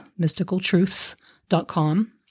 mysticaltruths.com